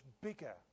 bigger